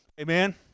Amen